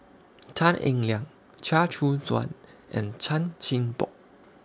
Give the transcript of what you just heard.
Tan Eng Liang Chia Choo Suan and Chan Chin Bock